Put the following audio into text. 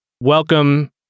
welcome